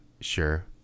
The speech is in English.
Sure